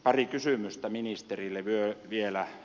pari kysymystä ministerille vielä